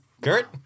Kurt